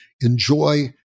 enjoy